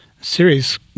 series